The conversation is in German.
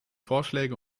vorschläge